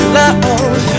love